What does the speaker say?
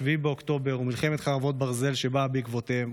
לנוכח אירועי 7 באוקטובר ומלחמת חרבות ברזל שבאה בעקבותיהם,